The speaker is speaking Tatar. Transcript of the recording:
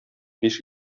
биш